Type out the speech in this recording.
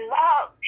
love